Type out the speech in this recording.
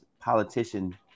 politician